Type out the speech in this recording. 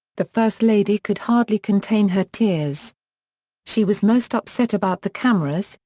the first lady could hardly contain her tears she was most upset about the cameras,